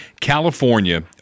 California